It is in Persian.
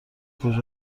کجا